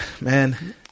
man